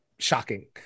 Shocking